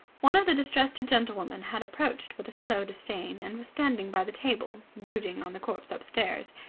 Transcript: one of the distressed gentlewomen had approached with a slow disdain, and was standing by the table, brooding on the corpse upstairs.